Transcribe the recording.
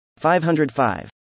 505